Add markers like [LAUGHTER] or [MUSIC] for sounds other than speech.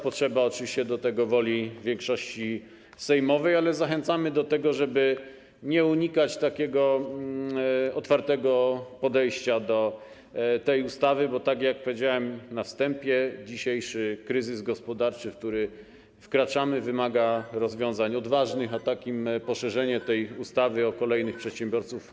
Potrzeba oczywiście do tego woli większości sejmowej, ale zachęcamy do tego, żeby nie unikać takiego otwartego podejścia do tej ustawy, bo tak jak powiedziałem na wstępie, dzisiejszy kryzys gospodarczy, w który wkraczamy, wymaga [NOISE] rozwiązań odważnych, a takim rozwiązaniem by było poszerzenie tej ustawy o kolejnych przedsiębiorców.